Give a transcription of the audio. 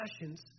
passions